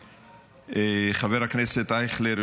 חבר הכנסת אייכלר,